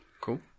Cool